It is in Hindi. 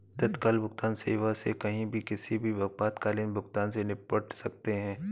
तत्काल भुगतान सेवा से कहीं भी किसी भी आपातकालीन भुगतान से निपट सकते है